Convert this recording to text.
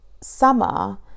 summer